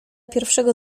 pierwszego